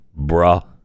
bruh